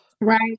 Right